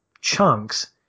chunks